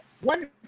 one